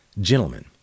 Gentlemen